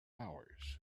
hours